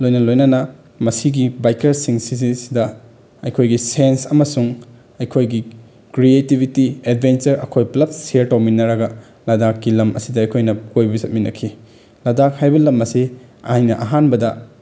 ꯂꯣꯏꯅ ꯂꯣꯏꯅꯅ ꯃꯁꯤꯒꯤ ꯕꯥꯏꯛꯀ꯭ꯔꯁꯤꯡꯁꯤꯁꯤꯗꯩꯁꯤꯗ ꯑꯩꯈꯣꯏꯒꯤ ꯁꯦꯟꯁ ꯑꯃꯁꯨꯡ ꯑꯩꯈꯣꯏꯒꯤ ꯀ꯭ꯔꯤꯌꯦꯇꯤꯕꯤꯇꯤ ꯑꯦꯠꯕꯦꯟꯆꯔ ꯑꯩꯈꯣꯏ ꯄꯨꯜꯂꯞ ꯁꯤꯌꯔ ꯇꯧꯃꯤꯟꯅꯔꯒ ꯂꯗꯥꯛꯀꯤ ꯂꯝ ꯑꯁꯤꯗ ꯑꯩꯈꯣꯏ ꯀꯣꯏꯕ ꯆꯠꯃꯤꯟꯅꯈꯤ ꯂꯗꯥꯛ ꯍꯥꯏꯕ ꯂꯝ ꯑꯁꯤ ꯑꯩꯅ ꯑꯍꯥꯟꯕꯗ